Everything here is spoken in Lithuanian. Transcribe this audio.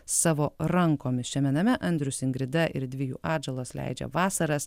savo rankomis šiame name andrius ingrida ir dvi jų atžalos leidžia vasaras